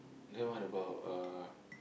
then what about uh